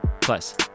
Plus